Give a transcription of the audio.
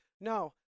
No